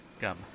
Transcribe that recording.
Gum